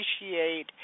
appreciate